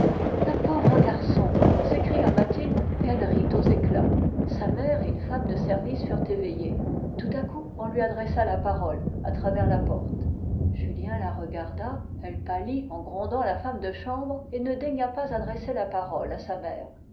le pauvre garçon s'écria mathilde et elle rit aux éclats sa mère et une femme de service furent éveillées tout à coup on lui adressa la parole à travers la porte julien la regarda elle pâlit en grondant la femme de chambre et ne daigna pas adresser la parole à sa mère